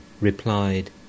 replied